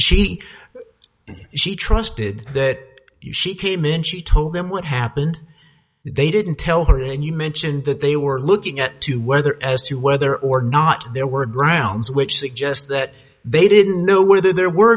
she she trusted that she came in she told them what happened they didn't tell her and you mentioned that they were looking at to whether as to whether or not there were grounds which suggests that they didn't know whether there were